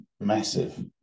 massive